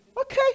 Okay